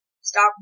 stop